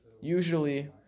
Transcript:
usually